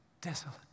desolate